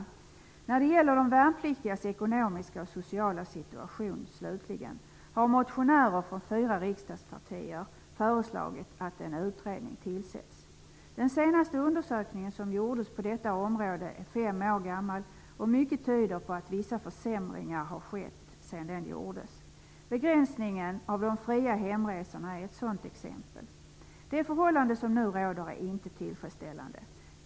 När det slutligen gäller de värnpliktigas ekonomiska och sociala situation har motionärer från fyra riksdagspartier föreslagit att en utredning skall tillsättas. Den senaste undersökningen på detta område är fem år gammal. Mycket tyder på att vissa försämringar har skett sedan den gjordes. Begränsningen av de fria hemresorna är ett sådant exempel. Det förhållande som nu råder är inte tillfredsställande.